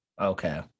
Okay